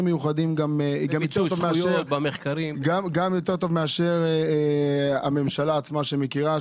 מיוחדים גם יותר טוב מאשר הממשלה עצמה שמכירה,